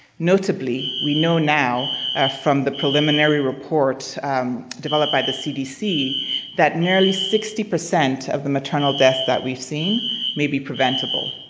notably we know now from the preliminary report developed by the cdc that nearly sixty percent of the maternal death that we've seen may be preventable.